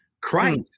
Christ